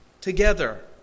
together